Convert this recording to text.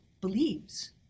believes